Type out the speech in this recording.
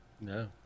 No